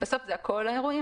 בסוף זה כל האירועים,